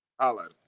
Highlight